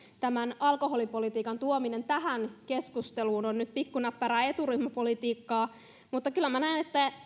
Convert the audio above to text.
tämän alkoholipolitiikan tuominen tähän keskusteluun on nyt pikkunäppärää eturyhmäpolitiikkaa mutta kyllä minä näen että